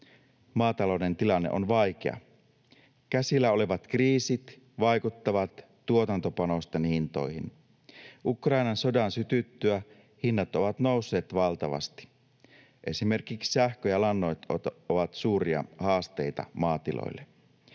maatalouden tilanne on vaikea. Käsillä olevat kriisit vaikuttavat tuotantopanosten hintoihin. Ukrainan sodan sytyttyä hinnat ovat nousseet valtavasti. Esimerkiksi sähkö ja lannoitteet ovat suuria haasteita maatiloille.